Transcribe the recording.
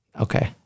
Okay